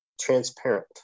transparent